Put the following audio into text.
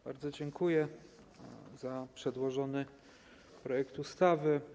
Bardzo dziękuję za przedłożony projekt ustawy.